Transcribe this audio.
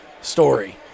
story